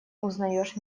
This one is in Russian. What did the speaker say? узнаёшь